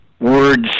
words